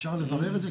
אפשר לברר את זה?